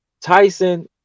Tyson